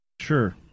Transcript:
Sure